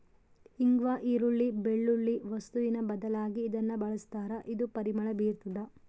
ಇಂಗ್ವಾ ಈರುಳ್ಳಿ, ಬೆಳ್ಳುಳ್ಳಿ ವಸ್ತುವಿನ ಬದಲಾಗಿ ಇದನ್ನ ಬಳಸ್ತಾರ ಇದು ಪರಿಮಳ ಬೀರ್ತಾದ